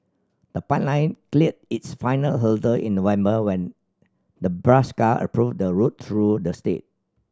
the pipeline cleared its final hurdle in November when Nebraska approved a route through the state